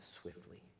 swiftly